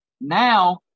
Now